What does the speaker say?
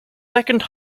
second